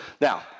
Now